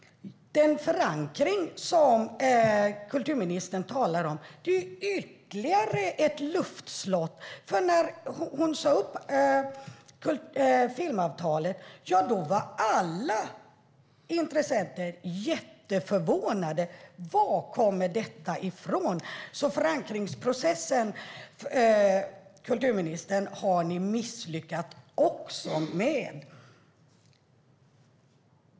Den förankring som kulturministern talar om är ytterligare ett luftslott. När hon sa upp filmavtalet var alla intressenter jätteförvånade: Var kommer detta ifrån? Förankringsprocessen har ni också misslyckats med, kulturministern.